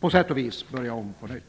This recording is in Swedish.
på sätt och vis börja om på nytt.